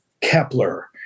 Kepler